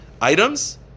items